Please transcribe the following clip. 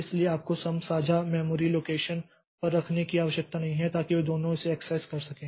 इसलिए आपको सम साझा मेमोरी लोकेशन पर रखने की आवश्यकता नहीं है ताकि वे दोनों इसे एक्सेस कर सकें